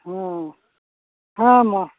ᱦᱚᱸ ᱦᱮᱸ ᱢᱟ